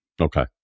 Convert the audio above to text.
okay